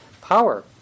power